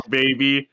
baby